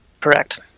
Correct